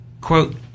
Quote